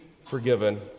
forgiven